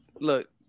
look